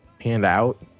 handout